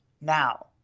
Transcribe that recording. now